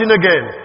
again